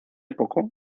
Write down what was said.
poco